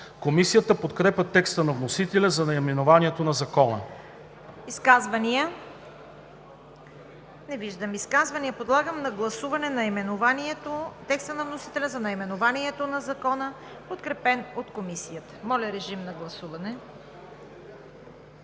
Комисията подкрепя текста на вносителя за наименованието на Закона.